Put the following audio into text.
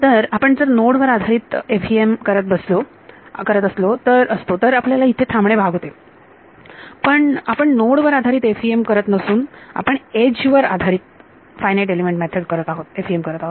तर आपण जर नोड वर आधारित FEM करत असलो असतो तर आपल्याला इथे थांबणे भाग होते परंतु आपण नोड वर आधारित FEM करत नसून आपण एज वर आधारित FEM करत आहोत